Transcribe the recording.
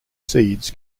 seeds